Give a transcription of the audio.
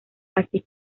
así